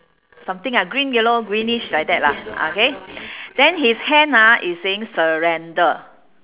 something ah green yellow greenish like that lah ah okay then his hand ah is saying surrender